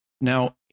Now